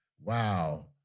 wow